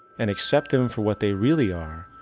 and accept them for what they really are,